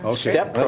ah step. but